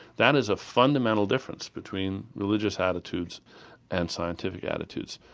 that is a fundamental difference between religious attitudes and scientific attitudes.